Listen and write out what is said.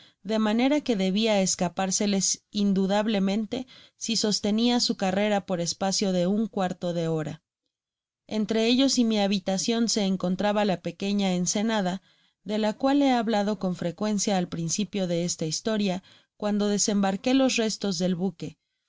de manera que debia escapárseles indu da blemente si sostenia su carrera por espacio de un cuarto de hora entre ellos y mi habitacion se encontraba la pequeña ensenada de la cnai he hablado con frecuencia al principio de esta historia cuando desembarqué los restos dej buque